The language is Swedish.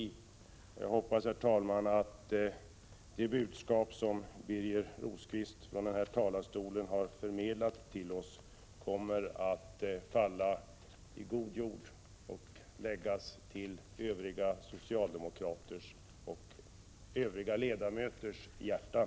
Jag hoppas, herr talman, att det budskap som Birger Rosqvist från denna talarstol har förmedlat till oss kommer att falla i god jord och tas till övriga socialdemokraters och övriga ledamöters hjärtan.